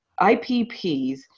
IPPs